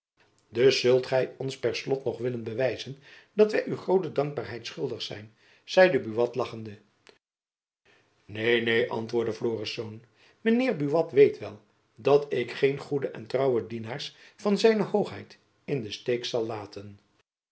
dus zult gy ons per slot nog willen bewijzen dat wy u groote dankbaarheid schuldig zijn zeide buat lachende jacob van lennep elizabeth musch neen neen antwoordde florisz mijn heer buat weet wel dat ik geen goede en trouwe dienaars van zijn hoogheid in de steek zal laten